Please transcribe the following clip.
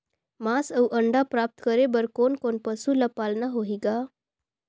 मांस अउ अंडा प्राप्त करे बर कोन कोन पशु ल पालना होही ग?